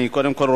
קודם כול,